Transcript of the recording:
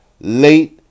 late